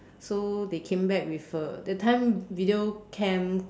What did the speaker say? so they came back with a that time video cam